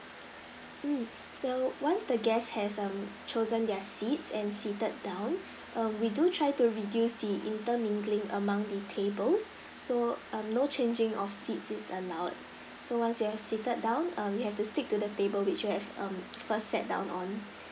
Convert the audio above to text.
mm so once the guest has um chosen their seats and seated down um we do try to reduce the inter mingling among the tables so um no changing of seats is allowed so once you're seated down um you'll have to stick to the table which you have um first sat down on